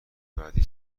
بعدی